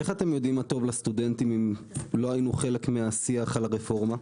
איך אתם יודעים מה טוב לסטודנטים אם לא היינו חלק מהשיח על הרפורמה?